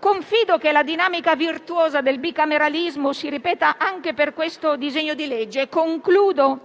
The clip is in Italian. Confido che la dinamica virtuosa del bicameralismo si ripeta anche per questo disegno di legge. Concludo